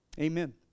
Amen